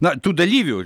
na tų dalyvių